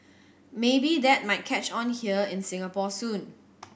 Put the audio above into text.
maybe that might catch on here in Singapore soon